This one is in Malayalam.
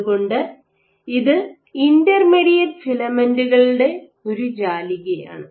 അതുകൊണ്ട് ഇത് ഇൻറർ മീഡിയറ്റ് ഫിലമെൻറ്കളുടെ ഒരു ജാലികയാണ്